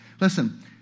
Listen